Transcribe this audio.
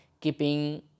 keeping